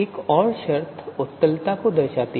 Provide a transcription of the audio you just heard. एक और शर्त उत्तलता है